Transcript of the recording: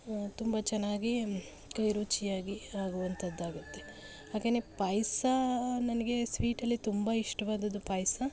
ತುಂಬ ಚೆನ್ನಾಗಿ ಕೈ ರುಚಿ ಆಗಿ ಆಗುವಂಥದ್ದಾಗುತ್ತೆ ಹಾಗೆಯೇ ಪಾಯಸ ನನಗೆ ಸ್ವೀಟಲ್ಲಿ ತುಂಬ ಇಷ್ಟವಾದದ್ದು ಪಾಯಸ